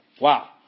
Wow